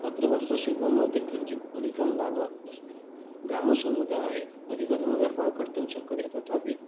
अत्र वस्त्रशिल्पं मध्ये किञ्चित् अधिकः लाभः अस्ति ग्रामसमुदाये अधिकतम व्यापारः कर्तुं शक्यते तथापि